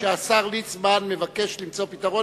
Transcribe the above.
נדמה לי שהשר ליצמן מבקש למצוא פתרון.